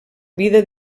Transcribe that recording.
vida